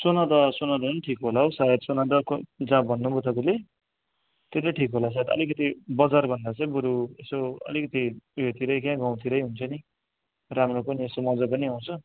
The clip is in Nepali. सोनादा सोनादा नै ठिक होला हौ सायद सोनादाको जहाँ भन्नुभयो तपाईँले त्यतै ठिक होला सायद अलिकति बजारभन्दा चाहिँ बरू यसो अलिकति उयो के रे क्या गाउँतिरै हुन्छ नि राम्रो पनि यसो मज्जा पनि आउँछ